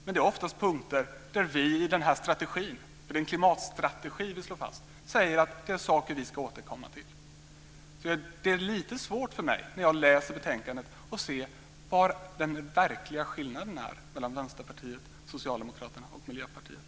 Men oftast gäller det då punkter där vi i denna strategi - det är en klimatstrategi som vi slår fast - säger att det är saker som vi ska återkomma till. När jag läser betänkandet är det lite svårt för mig att se vad den verkliga skillnaden är mellan Vänsterpartiet, Socialdemokraterna och Miljöpartiet.